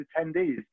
attendees